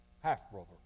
half-brother